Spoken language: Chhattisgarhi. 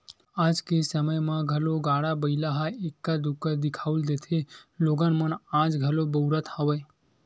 आज के समे म घलो गाड़ा बइला ह एक्का दूक्का दिखउल देथे लोगन मन आज घलो बउरत हवय